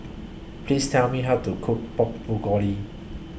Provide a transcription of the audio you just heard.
Please Tell Me How to Cook Pork Bulgogi